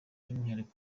by’umwihariko